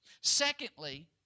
Secondly